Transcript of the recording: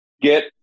get